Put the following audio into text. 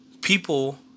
people